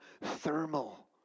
thermal